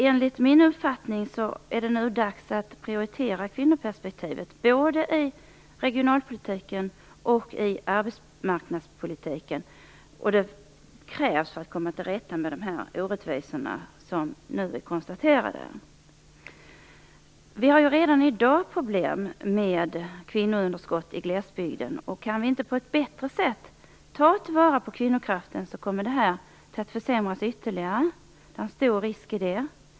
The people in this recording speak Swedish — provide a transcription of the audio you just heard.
Enligt min uppfattning är det nu dags att prioritera kvinnoperspektivet både i regionalpolitiken och i arbetsmarknadspolitiken. Detta är någonting som krävs för att man skall komma till rätta med de orättvisor som nu är konstaterade. Vi har redan i dag problem med kvinnounderskott i glesbygden. Om vi inte på ett bättre sätt kan ta till vara kvinnokraften kommer förhållandena att ytterligare försämras. Det är stor risk för det.